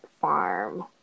Farm